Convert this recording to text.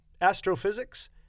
Astrophysics